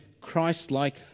Christ-like